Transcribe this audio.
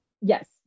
Yes